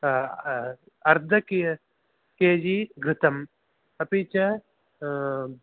अर्द कि केजि घृतम् अपि च